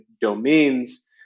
domains